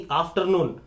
afternoon